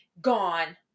gone